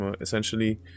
essentially